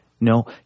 no